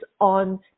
on